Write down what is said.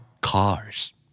cars